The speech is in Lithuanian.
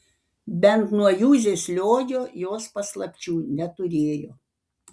bent nuo juzės liogio jos paslapčių neturėjo